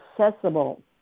accessible